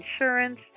insurance